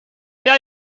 jij